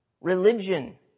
Religion